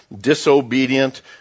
disobedient